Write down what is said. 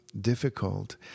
difficult